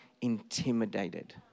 intimidated